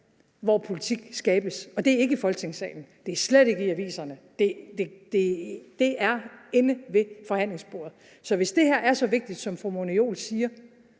hvor politik skabes. Det er ikke i Folketingssalen. Det er slet ikke i aviserne. Det er inde ved forhandlingsbordet. Så hvis det her er så vigtigt, som fru Mona Juul siger,